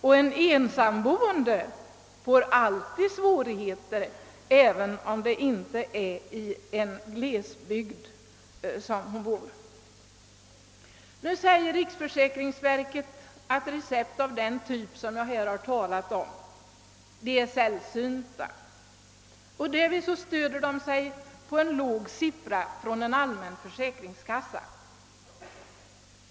Och en ensamboende får ju alltid svårigheter, även om vederbörande inte bor i en glesbygd. Riksförsäkringsverket anför att recept av den typ som jag här talat om är sällsynta och stöder sig därvid på en låg siffra från en allmän försäkringskassa.